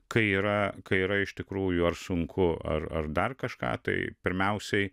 kai yra kai yra iš tikrųjų ar sunku ar dar kažką tai pirmiausiai